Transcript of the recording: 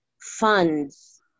funds